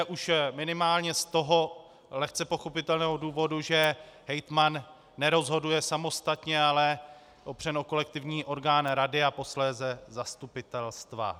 Už minimálně z toho lehce pochopitelného důvodu, že hejtman nerozhoduje samostatně, ale opřen o kolektivní orgán rady a posléze zastupitelstva.